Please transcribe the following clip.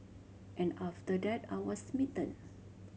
and after that I was smitten